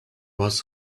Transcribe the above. was